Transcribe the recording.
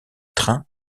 train